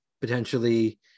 potentially